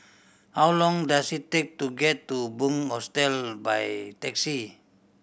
how long does it take to get to Bunc Hostel by taxi